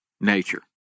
nature